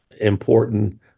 important